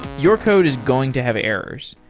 your code is going to have errors,